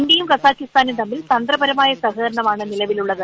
ഇന്ത്യയും കസാഖിസ്ഥാനും തമ്മിൽ തന്ത്രപരമായ സഹകരമാണ് നിലവിലുള്ളത്